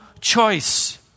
choice